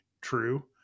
true